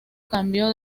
cambio